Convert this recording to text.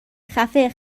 خفه